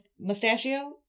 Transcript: Mustachio